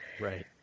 Right